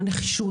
הנחישות,